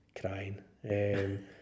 crying